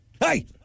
Hey